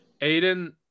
Aiden